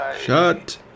shut